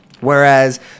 Whereas